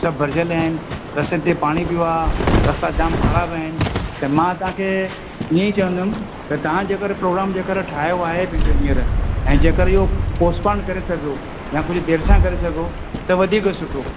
सभु भरिजियल आहिनि रस्ते ते पाणी पियो आहे रस्ता जामु खड़ा पिया आहिनि त मां तव्हां खे हीअं ई चवंदुमि त तव्हां जेकर प्रोग्राम जेकर ठाहियो आहे पंहिंजो हींअर ऐं जेकर इहो पोस्पोन करे सघो या कुझु देरि सां करे सघो त वधीक सुठो